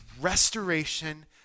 restoration